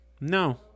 No